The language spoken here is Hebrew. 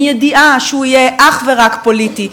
בידיעה שהוא יהיה אך ורק פוליטי,